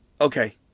Okay